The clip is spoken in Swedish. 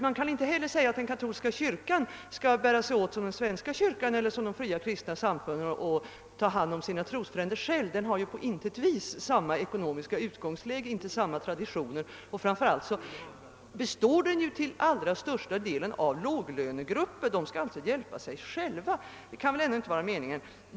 Det går inte heller att säga att den katolska kyrkan skall göra som den svenska kyrkan eller som de fria kristna samfunden och själv ta hand om sina trosfränder — den har ju på intet sätt samma ekonomiska utgångsläge och samma traditioner och dess medlemmar tillhör till största delen låglönegrupper. Det kan ju inte vara me ningen att dessa skall hjälpa sig själva.